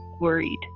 worried